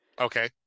Okay